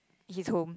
his home